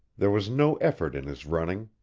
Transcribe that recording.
there was no effort in his running.